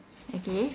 okay